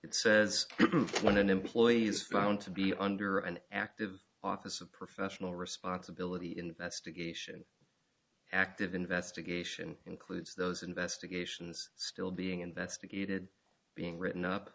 it says when an employee is found to be under an active office of professional responsibility investigation active investigation includes those investigations still being investigated being written up